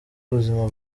ubuzima